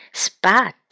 spot